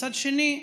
מצד שני,